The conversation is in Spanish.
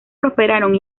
prosperaron